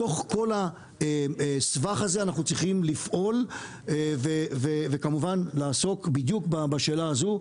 בתוך כל הסבך הזה אנחנו צריכים לפעול וכמובן לעסוק בדיוק בשאלה הזו.